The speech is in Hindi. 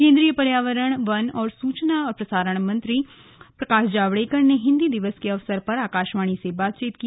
केंद्रीय पर्यावरण वन तथा सूचना और प्रसारण मंत्री प्रकाश जावडेकर ने हिन्दी दिवस के अवसर पर आकाशवाणी से बातचीत की